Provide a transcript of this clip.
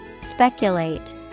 Speculate